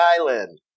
island